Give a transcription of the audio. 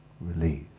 Release